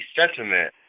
sentiment